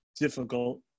difficult